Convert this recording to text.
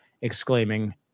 exclaiming